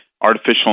artificial